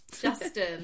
Justin